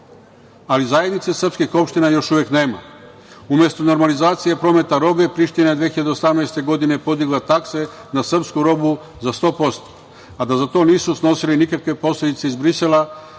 ognjištima. Zajednice srpskih opština još uvek nema. Umesto normalizacije prometa robe, Priština je 2018. godine podigla takse na srpsku robu za 100%, a da za to nisu snosili nikakve posledice iz Brisela,